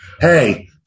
Hey